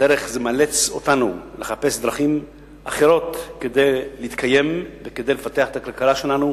נאלצת לחפש דרכים אחרות כדי להתקיים וכדי לפתח את הכלכלה שלה,